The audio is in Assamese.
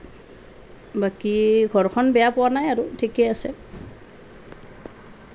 বাকী ঘৰখন বেয়া পোৱা নাই আৰু ঠিকে আছে